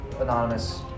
anonymous